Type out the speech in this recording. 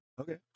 Okay